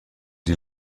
die